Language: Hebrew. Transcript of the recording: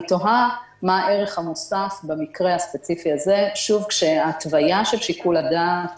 אני תוהה מה הערך המוסף במקרה הספציפי הזה כשההתוויה של שיקול הדעת